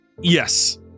yes